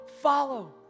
follow